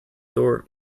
door